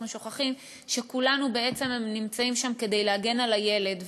ואנחנו שוכחים שכולנו בעצם נמצאים שם כדי להגן על הילד,